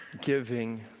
giving